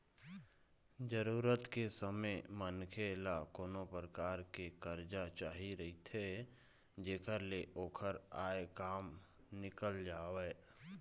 जरूरत के समे मनखे ल कोनो परकार के करजा चाही रहिथे जेखर ले ओखर आय काम निकल जावय